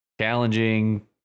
challenging